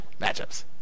matchups